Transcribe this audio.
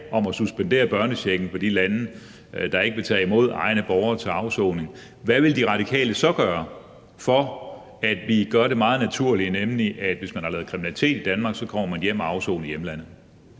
om at suspendere børnechecken for borgere fra de lande, der ikke vil tage imod egne borgere til afsoning, hvad vil De Radikale så gøre, for at vi gør det meget naturlige, nemlig at hvis man har lavet kriminalitet i Danmark, kommer man hjem og afsoner i hjemlandet?